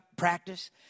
practice